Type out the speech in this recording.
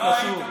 מה זה קשור?